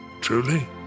Truly